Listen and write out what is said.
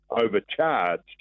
overcharged